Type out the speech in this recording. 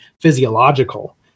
physiological